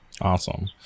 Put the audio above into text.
Awesome